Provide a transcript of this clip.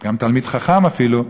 גם תלמיד חכם אפילו,